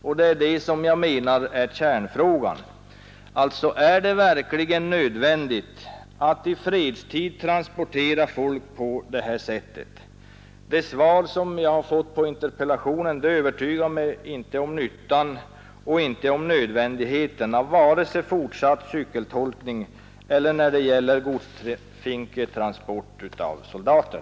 Enligt min mening är kärnfrågan denna: Är det verkligen nödvändigt att i fredstid transportera folk på detta sätt? Det svar jag har fått på interpellationen övertygar mig inte om nyttan och nödvändigheten av vare sig fortsatt cykeltolkning eller godsfinketransport av soldater.